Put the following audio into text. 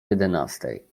jedenastej